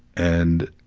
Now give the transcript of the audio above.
and.